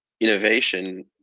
innovation